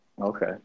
okay